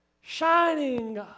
shining